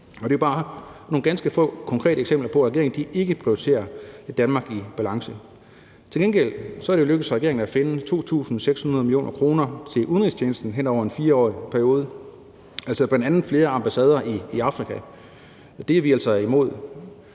Det er bare nogle ganske få konkrete eksempler på, at regeringen ikke prioriterer et Danmark i balance. Til gengæld er det jo lykkedes regeringen at finde 2.600 mio. kr. til udenrigstjenesten hen over en 4-årig periode, bl.a. til flere ambassader i Afrika. Det er vi altså imod.